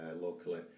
locally